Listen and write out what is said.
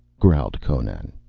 growled conan,